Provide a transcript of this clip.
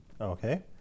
Okay